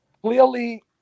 clearly